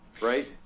Right